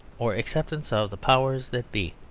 or acceptance of the powers that be.